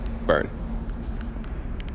burn